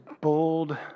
bold